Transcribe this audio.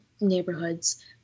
neighborhoods